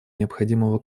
необходимого